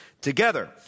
together